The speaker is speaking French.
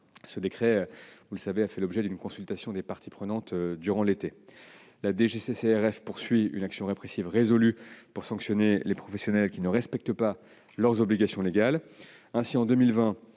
Ce décret, vous le savez, a fait l'objet d'une consultation des parties prenantes durant l'été. La DGCCRF poursuit une action répressive résolue pour sanctionner les professionnels qui ne respectent pas leurs obligations légales. Ainsi, en 2020,